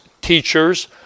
teachers